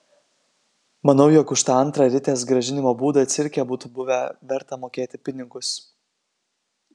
manau jog už tą antrą ritės grąžinimo būdą cirke būtų buvę verta mokėti pinigus